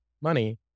money